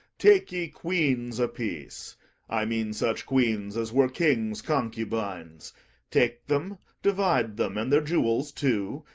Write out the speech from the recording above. take ye queens a-piece i mean such queens as were kings' concubines take them divide them, and their jewels too,